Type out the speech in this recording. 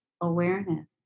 awareness